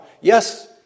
Yes